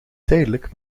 tijdelijk